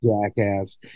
jackass